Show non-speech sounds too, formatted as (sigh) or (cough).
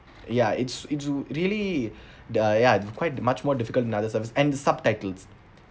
ya it's it's really (breath) the ya quite that much more difficult than other service and the subtitles